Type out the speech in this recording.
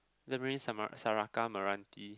tamarind sema~ serakameranti